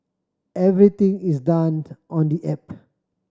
everything is done on the app